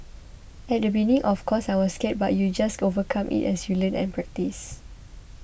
at the beginning of course I was scared but you just overcome it as you learn and practice